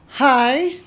Hi